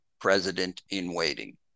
President-in-waiting